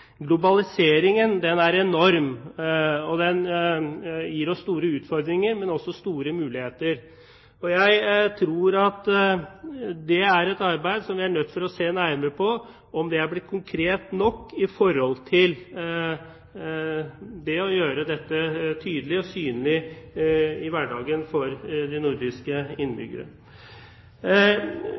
Globaliseringen er enorm, og den gir oss store utfordringer, men også store muligheter. Jeg tror at det er et arbeid vi er nødt til å se nærmere på – om vi er blitt konkrete nok med hensyn til det å gjøre dette tydelig og synlig i hverdagen for innbyggerne i de nordiske